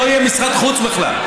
לא יהיה משרד חוץ בכלל.